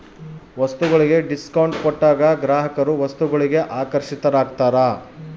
ವಸ್ತುಗಳಿಗೆ ಡಿಸ್ಕೌಂಟ್ ಕೊಟ್ಟಾಗ ಗ್ರಾಹಕರು ವಸ್ತುಗಳಿಗೆ ಆಕರ್ಷಿತರಾಗ್ತಾರ